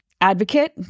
advocate